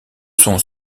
sont